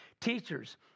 teachers